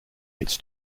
its